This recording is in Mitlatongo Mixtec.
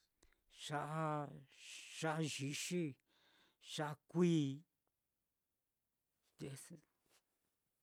Ya'a ya'a yixi, ya'a kui.